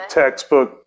textbook